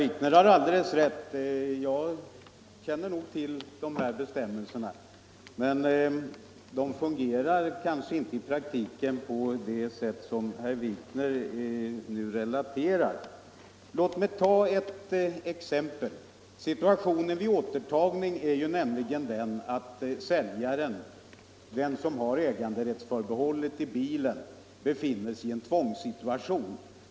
Herr talman! Herr Wikner har alldeles rätt — jag känner till dessa bestämmelser. Men de fungerar kanske i praktiken inte på det sätt som herr Wikner relaterar. Låt mig ta ett exempel. Situationen vid återtagning är sådan att säljaren, den som har äganderättsförbehållet till bilen, befinner sig i en tvångssituation.